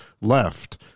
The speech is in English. left